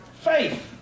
faith